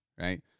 right